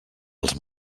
els